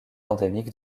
endémique